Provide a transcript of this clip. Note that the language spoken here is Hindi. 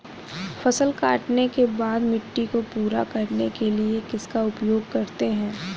फसल काटने के बाद मिट्टी को पूरा करने के लिए किसका उपयोग करते हैं?